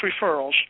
Referrals